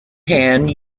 hand